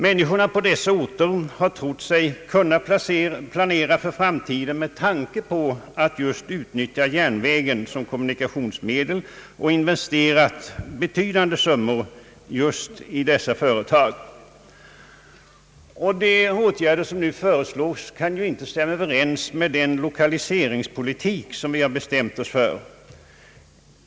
Människorna på dessa orter har trott sig kunna planera för framtiden med tanke på att just utnyttja järnvägen som kommunikationsmedel, och de har investerat betydande summor i dessa företag. De åtgärder som nu föreslås kan inte stämma överens med den lokaliseringspolitik vi har bestämt oss för.